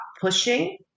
pushing